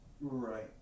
Right